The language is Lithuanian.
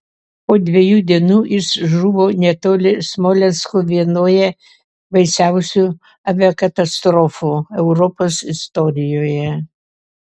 po dviejų dienų jis žuvo netoli smolensko vienoje baisiausių aviakatastrofų europos istorijoje